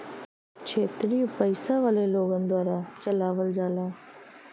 क्षेत्रिय पइसा वाले लोगन द्वारा चलावल जाला